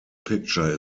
picture